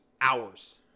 hours